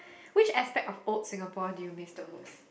which aspect of old Singapore do you miss the most